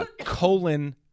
colon